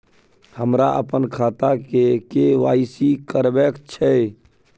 हमरा अपन खाता के के.वाई.सी करबैक छै